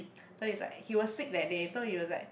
so is like he was sick that day so he was like